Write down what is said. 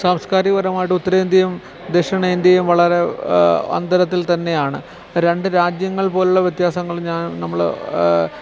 സാംസ്കാരികപരമായിട്ട് ഉത്തരേന്ത്യയും ദക്ഷിണേന്ത്യയും വളരെ അന്തരത്തിൽ തന്നെയാണ് രണ്ട് രാജ്യങ്ങൾ പോലെയുള്ള വ്യത്യാസങ്ങൾ നമ്മള്